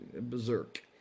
berserk